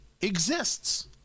exists